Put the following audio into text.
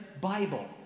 Bible